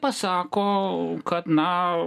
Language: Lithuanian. pasako kad na